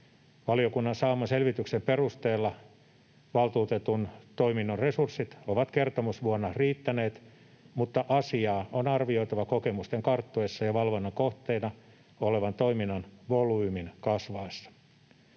Valiokunnan saaman selvityksen perusteella valtuutetun toiminnan resurssit ovat kertomusvuonna riittäneet, mutta asiaa on arvioitava kokemuksen karttuessa ja valvonnan kohteena olevan toiminnan volyymin kasvaessa.